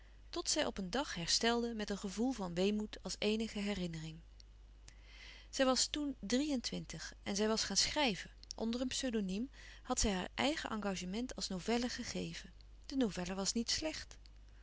tot zij op een dag herstelde met een gevoel van weemoed als eenige herinnering zij was toen drie-en-twintig en zij was gaan schrijven onder een pseudonym had zij haar eigen engagement als novelle gegeven de novelle was niet slecht